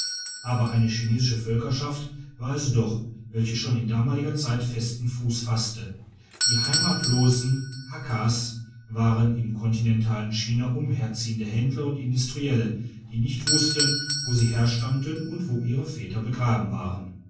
aber eine chinesische völkerschaft war es doch welche schon in damaliger zeit festen fuss fasste die heimatlosen hakkas waren im kontinentalen china umherziehende händler und industrielle die nicht wussten wo sie herstammten und wo ihre väter begraben waren